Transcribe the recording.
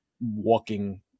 walking